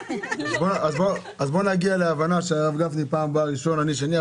בוא נגיע להבנה שהרב גפני בפעם הבאה ראשון ואני שני,